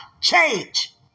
Change